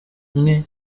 umwe